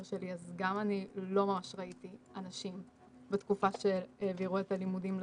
שלי אז גם אני לא ממש ראיתי אנשים בתקופה שהעבירו את הלימודים בזום.